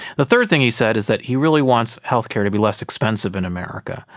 the third thing he said is that he really wants healthcare to be less expensive in america.